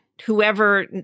Whoever